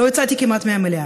לא יצאתי כמעט מהמליאה,